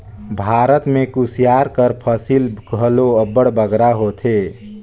भारत में कुसियार कर फसिल घलो अब्बड़ बगरा होथे